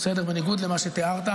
בניגוד למה שתיארת.